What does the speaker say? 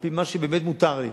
על-פי מה שבאמת מותר לי,